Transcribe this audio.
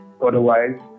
Otherwise